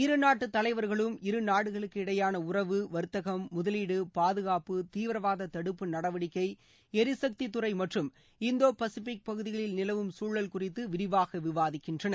இருநாட்டு தலைவாகளும் இருநாடுகளுக்கிடையேயான உறவு வாத்தகம் முதலீடு பாதகாப்பு தீவிரவாத தடுப்பு நடவடிக்கை ளிசக்தித்துறை மற்றும் இந்தோ பசிபிக் பகுதிகளில் நிலவும் சூழல் குறித்து விரிவாக விவாதிக்கின்றனர்